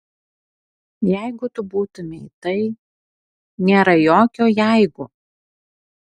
jeigu tu būtumei tai nėra jokio jeigu